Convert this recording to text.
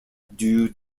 due